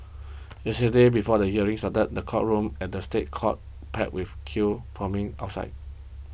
yesterday before the hearing started the courtroom at the State Courts packed with queue forming outside